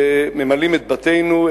שממלאים את בתינו,